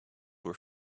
were